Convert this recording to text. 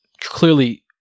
clearly